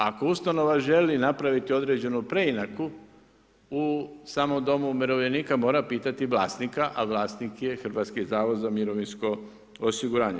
Ako ustanova želi napraviti određenu preinaku u samom domu umirovljenika mora pitati vlasnika, a vlasnik je Hrvatski zavod za mirovinsko osiguranje.